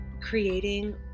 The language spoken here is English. creating